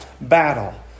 battle